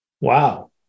Wow